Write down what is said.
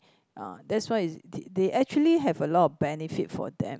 ah that's why it's th~ they actually have a lot of benefit for them